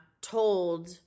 told